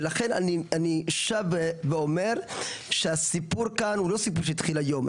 לכן אני שב ואומר שהסיפור כאן הוא לא סיפור שהתחיל היום.